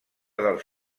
dels